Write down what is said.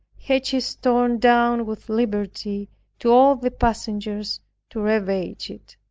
hedges torn down with liberty to all the passengers to ravage it.